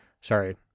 sorry